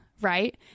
right